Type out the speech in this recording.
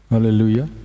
Hallelujah